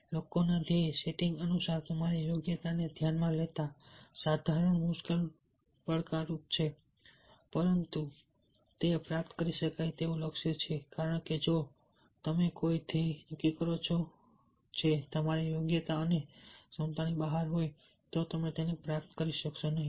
લૉકના ધ્યેય સેટિંગ અનુસાર તમારી યોગ્યતાને ધ્યાનમાં લેતા સાધારણ મુશ્કેલ પડકારરૂપ છે પરંતુ તે પ્રાપ્ત કરી શકાય તેવું લક્ષ્ય કારણ કે જો તમે કોઈ ધ્યેય નક્કી કરો છો જે તમારી યોગ્યતા અને ક્ષમતાની બહાર હોય તો તમે તેને પ્રાપ્ત કરી શકશો નહીં